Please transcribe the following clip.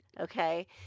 Okay